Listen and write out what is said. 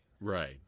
Right